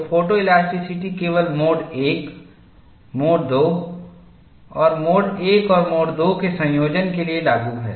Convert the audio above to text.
तो फोटोइलास्टिसिटी केवल mode I mode II और मोड I और मोड II के संयोजन के लिए लागू है